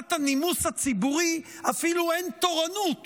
מחמת הנימוס הציבורי, אפילו אין תורנות